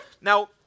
Now